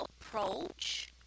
approach